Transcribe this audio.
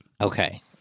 Okay